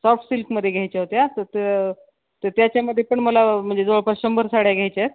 soft सिल्कमध्ये घ्यायच्या होत्या तर त त्याच्यामध्ये पण मला म्हणजे जवळपास शंभर साड्या घ्यायच्या आहेत